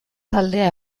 taldea